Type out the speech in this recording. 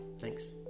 Thanks